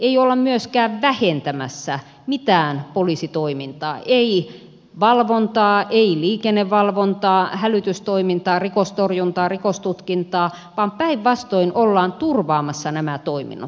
ei olla myöskään vähentämässä mitään poliisitoimintaa ei valvontaa ei liikennevalvontaa hälytystoimintaa rikostorjuntaa rikostutkintaa vaan päinvastoin ollaan turvaamassa nämä toiminnot